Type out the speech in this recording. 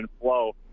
flow